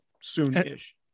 soon-ish